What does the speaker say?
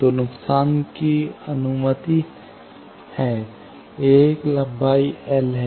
तो नुकसान की अनुमति है यह एक लंबाई l है